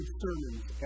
sermons